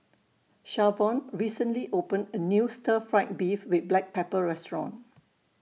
Shavon recently opened A New Stir Fried Beef with Black Pepper Restaurant